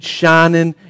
shining